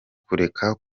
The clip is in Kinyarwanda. kureka